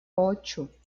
ocho